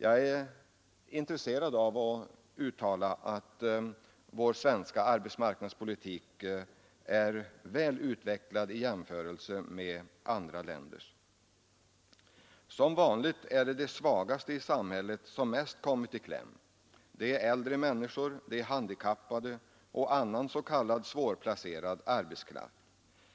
Jag finner anledning uttala att vår svenska arbetsmarknadspolitik är väl utvecklad i jämförelse med andra länders. Men svarar den mot målsättningen? Som vanligt är det de svagaste i samhället som mest kommit i kläm. Det är äldre människor, det är handikappade och annan s.k. svårplacerad arbetskraft,